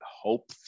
hope